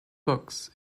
books